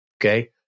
okay